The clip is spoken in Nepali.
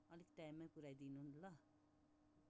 अलिक टाइममै पुऱ्याइदिनु नि ल